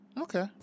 Okay